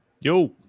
Yo